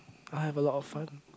I have a lot of fun